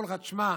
אמרו לך: תשמע,